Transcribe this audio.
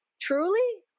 truly